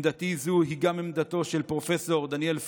עמדתי זו היא גם עמדתו פרופ' דניאל פרידמן,